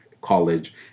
college